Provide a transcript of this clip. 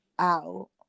out